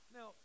Now